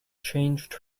changed